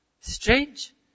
Strange